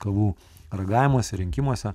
kavų ragavimuose rinkimuose